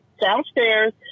downstairs